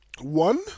One